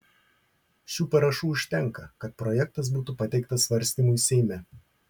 šių parašų užtenka kad projektas būtų pateiktas svarstymui seime